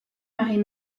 marie